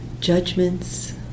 judgments